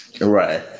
Right